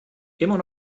immer